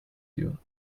you